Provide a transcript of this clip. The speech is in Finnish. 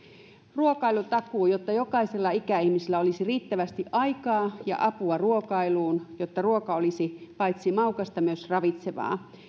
ruokailutakuu jotta jokaisella ikäihmisellä olisi riittävästi aikaa ja apua ruokailuun jotta ruoka olisi paitsi maukasta myös ravitsevaa